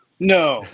No